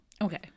okay